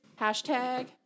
hashtag